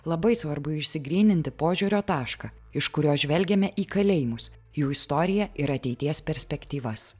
labai svarbu išsigryninti požiūrio tašką iš kurio žvelgiame į kalėjimus jų istoriją ir ateities perspektyvas